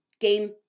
Game